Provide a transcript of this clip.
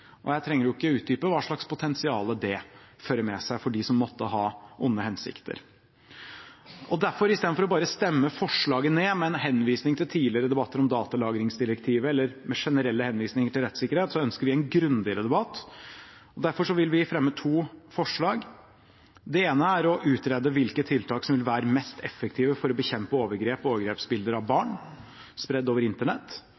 Bluetooth-tilkobling. Jeg trenger ikke utdype hva slags potensial det fører med seg for dem som måtte ha onde hensikter. Derfor, i stedet for å stemme ned forslaget med henvisning til tidligere debatter om datalagringsdirektivet eller med generelle henvisninger til rettssikkerhet, ønsker vi en grundigere debatt. Derfor vil vi fremme to forslag. Det ene er å utrede hvilke tiltak som vil være mest effektive for å bekjempe overgrep og overgrepsbilder av